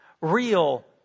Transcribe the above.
real